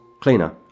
cleaner